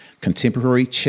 contemporary